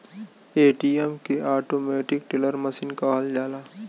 ATM के automatic teller machine कहल जाला